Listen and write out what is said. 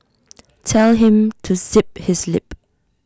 tell him to zip his lip